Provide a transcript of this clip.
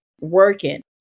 working